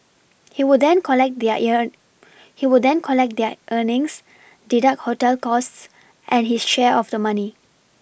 he would then collect their ear he would then collect their earnings deduct hotel costs and his share of the money